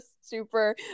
super